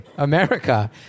America